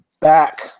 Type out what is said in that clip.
back